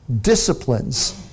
disciplines